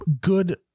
good